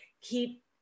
keep